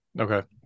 Okay